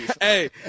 Hey